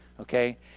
Okay